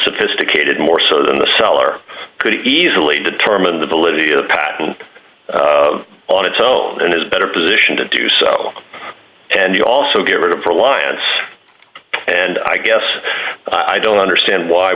sophisticated more so than the seller could easily determine the validity of the patent on its own and is better position to do so and you also get rid of reliance and i guess i don't understand why